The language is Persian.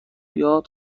یاد